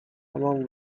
همان